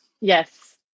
Yes